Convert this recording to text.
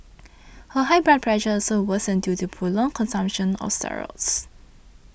her high blood pressure also worsened due to prolonged consumption of steroids